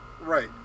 Right